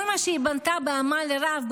כל מה שהיא בנתה בעמל רב,